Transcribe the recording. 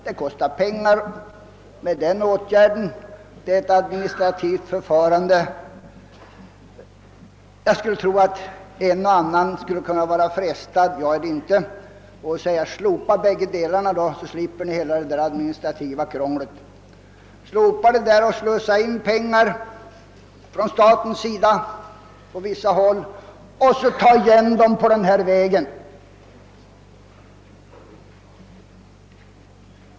Detta administrativa förfarande kommer att kosta pengar, och jag skulle tro att en och annan kunde vara frestad — jag är det inte — att säga: Slopa bägge delarna av insatser, så slipper ni hela det administrativa krånglet med att slussa in statens pengar på vissa håll och ta igen dem på andra!